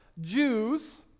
Jews